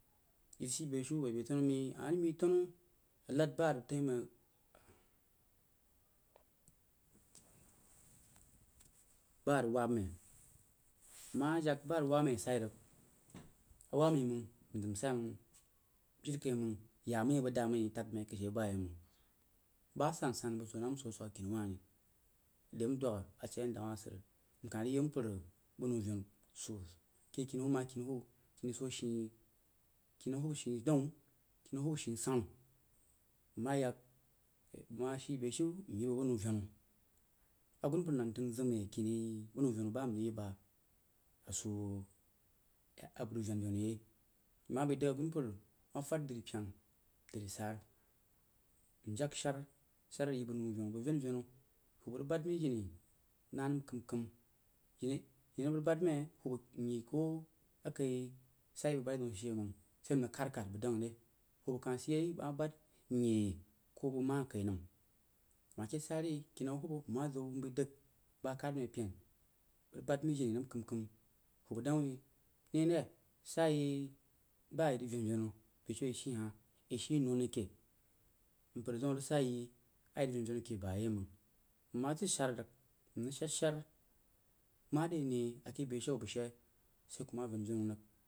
Yi shií bah shiu buoh be tannu miyi a ma rig miyi tannu a nad bah rig bah rig wabba mai nma zagha ba rig wabba mai sairig, a wabba mai məng nzim sai məng jire kai məng yaá mai bəg daá mai tak mai ake shee bayeiməng bah a san-san bəg such a swəg kini wah ri de mdwək ashe inda a suijh sod mkah rig yi mpər bək nau venu soó ke kennau ma kini hubba bəg soó shií, kennau hubba shii daun kennau hubba shi sannu nma yak nma shi beh shiu myi bəg bak nauvenu agunmpər nandəng zim-mai akini bəg nau-venu bn nrig yi bak a soó a bəg rig van-venu yei nma bai dəg agun-mpər ma fad dri-pyen, dri-saar njak shara arig yi bak nau-venu bəg van-venu hubba rig bud mai jini-na nəm kəm-kəm, jini a bak rig bad mai hubba myi koh akai sari bək bad re daun ashe məng sai nma khad-khad bəg dəng re, hubba kah sid yei bak ma bad nyi koh bəg ma kai nəm wah keh sari rig bad mai jini nəm kəm-kəm hubba dang wuin neh re sayi ba yi rig ven-venu beh-shiu ayi shi hah yi non-rig keh mpər zeun arig saá yo a yi ven-venu keh bayeiməng nma ʒak shaar rig, nrig shad shara mare ne a keh be shiu a bəg shee sai kuma ven-venu rig.